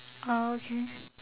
orh okay